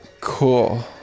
Cool